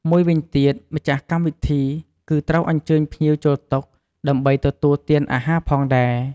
មួយវិញទៀតម្ចាស់កម្មវិធីគឺ ត្រូវអញ្ជើញភ្ញៀវចូលតុ ដើម្បីទទួលទានអាហារផងដែរ។